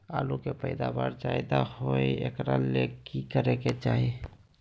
आलु के पैदावार ज्यादा होय एकरा ले की करे के चाही?